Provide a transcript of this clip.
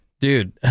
Dude